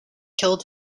killed